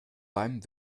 beim